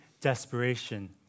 desperation